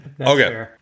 Okay